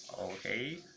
okay